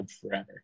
forever